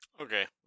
Okay